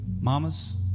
Mamas